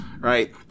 right